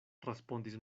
respondis